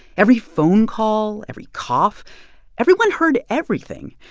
every phone call, every cough everyone heard everything.